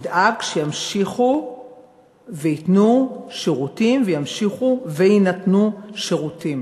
נדאג שימשיכו וייתנו שירותים וימשיכו ויינתנו שירותים.